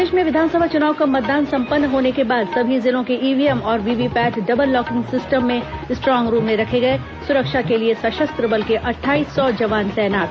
प्रदेश में विधानसभा चुनाव का मतदान संपन्न होने के बाद सभी जिलों के ईव्हीएम और वीवीपैट डबल लॉक सिस्टम में स्ट्रांग रूम में रखे गए सुरक्षा के लिए सशस्त्र बल के अट्ठाईस सौ जवान तैनात